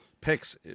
picks